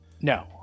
No